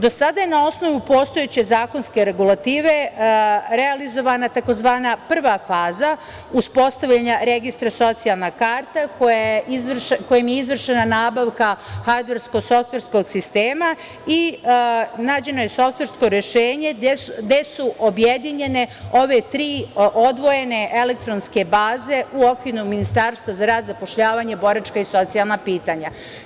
Do sada je na osnovu postojeće zakonske regulative realizovana tzv. prva faza uspostavljanja registra socijalna karta kojim je izvršena nabavka hardversko-softverskog sistema i nađeno je softversko rešenje gde su objedinjene ove tri odvojene elektronske baze u okvirno Ministarstvo za rad, zapošljavanje, boračka i socijalna pitanja.